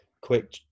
quick